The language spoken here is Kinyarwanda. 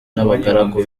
n’abagaragu